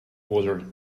water